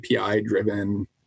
API-driven